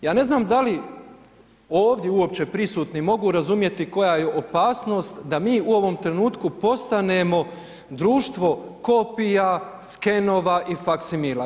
Ja ne znam da li ovdje uopće prisutni mogu razumjeti koja je opasnost da mi u ovom trenutku postanemo društvo kopija, skenova i faksimila.